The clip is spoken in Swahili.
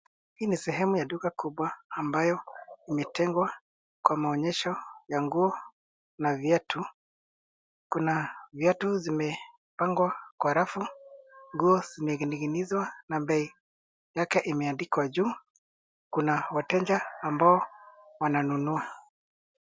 Hii ni sehemu ya duka kubwa ambayo imetengwa kwa maonyesho ya nguo na viatu. Kuna viatu zimepangwa kwa rafu, nguo zimening'inizwa na bei yake imeandikwa juu. Kuna wateja ambao wananunua.